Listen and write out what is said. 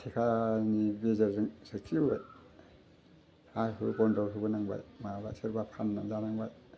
थेखानि गेजेरजों सोरखिबोबाय हा हु बन्दक होबोनांबाय माबा सोरबा फाननानै जानांबाय